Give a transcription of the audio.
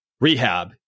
rehab